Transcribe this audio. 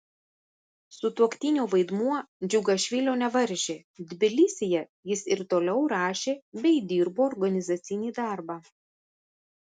sutuoktinio vaidmuo džiugašvilio nevaržė tbilisyje jis ir toliau rašė bei dirbo organizacinį darbą